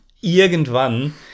Irgendwann